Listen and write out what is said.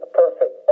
perfect